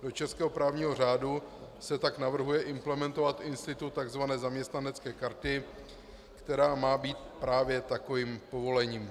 Do českého právního řádu se tak navrhuje implementovat institut takzvané zaměstnanecké karty, která má být právě takovým povolením.